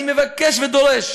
אני מבקש ודורש,